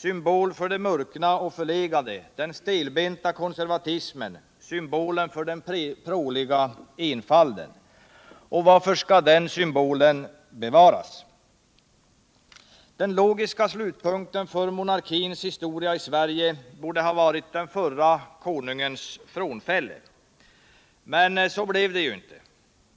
Symbol för det murkna och förlegade, den stelbenta konservatismen, symbolen för den pråliga enfalden. Varför skall den symbolen bevaras? Den logiska slutpunkten för monarkins historia i Sverige borde ha varit den förra konungens frånfälle. Men så blev det ju inte.